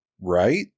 right